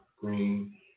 green